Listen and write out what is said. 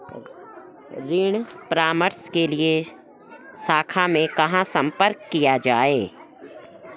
ऋण परामर्श के लिए शाखा में कहाँ संपर्क किया जाए?